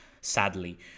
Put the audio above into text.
sadly